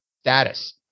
status